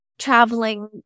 traveling